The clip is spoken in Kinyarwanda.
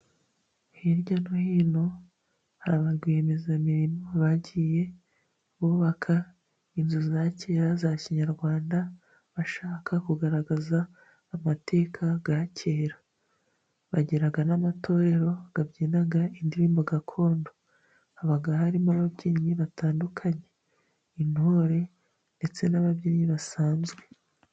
Hirya no hino hari ba rwiyemezamirimo, bagiye bubaka inzu za kera za kinyarwanda bashaka kugaragaza amateka ya kera, bagira n'amatorero abyina indirimbo gakondo haba harimo ababyinnyi batandukanye, intore ndetse n'ababyinnyi basanzwe.